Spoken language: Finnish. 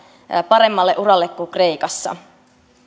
paremmalle uralle kuin kreikassa